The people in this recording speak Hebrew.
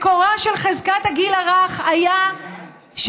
מקורה של חזקת הגיל הרך היה שגברים,